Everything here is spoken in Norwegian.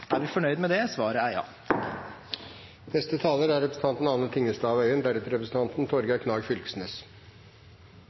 Er vi fornøyd med det? Svaret er ja. Å kunne svømme er